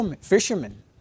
fishermen